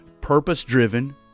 purpose-driven